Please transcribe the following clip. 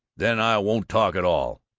then, i won't talk at all!